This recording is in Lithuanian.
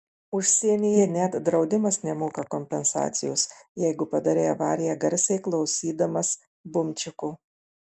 užsienyje net draudimas nemoka kompensacijos jeigu padarei avariją garsiai klausydamas bumčiko